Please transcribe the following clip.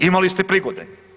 Imali ste prigode.